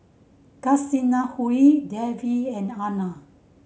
Kasinadhuni Dev and Anand